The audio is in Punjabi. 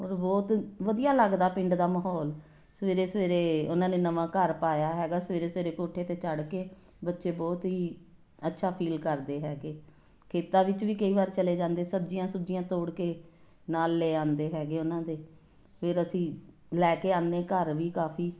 ਬਹੁਤ ਵਧੀਆ ਲੱਗਦਾ ਪਿੰਡ ਦਾ ਮਾਹੌਲ ਸਵੇਰੇ ਸਵੇਰੇ ਉਹਨਾਂ ਨੇ ਨਵਾਂ ਘਰ ਪਾਇਆ ਹੈਗਾ ਸਵੇਰੇ ਸਵੇਰੇ ਕੋਠੇ 'ਤੇ ਚੜ੍ਹ ਕੇ ਬੱਚੇ ਬਹੁਤ ਹੀ ਅੱਛਾ ਫੀਲ ਕਰਦੇ ਹੈਗੇ ਖੇਤਾਂ ਵਿੱਚ ਵੀ ਕਈ ਵਾਰ ਚਲੇ ਜਾਂਦੇ ਸਬਜ਼ੀਆਂ ਸੁਬਜੀਆਂ ਤੋੜ ਕੇ ਨਾਲ ਲੈ ਆਉਂਦੇ ਹੈਗੇ ਉਹਨਾਂ ਦੇ ਫਿਰ ਅਸੀਂ ਲੈ ਕੇ ਆਨੇ ਘਰ ਵੀ ਕਾਫੀ